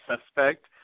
suspect